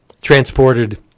transported